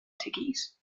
teguise